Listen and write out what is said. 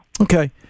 Okay